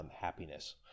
happiness